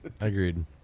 agreed